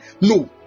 No